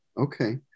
Okay